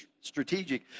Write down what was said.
strategic